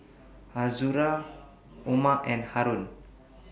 Azura Omar and Haron